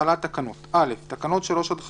החלת התקנות (א) תקנות 3 עד 5,